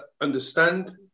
understand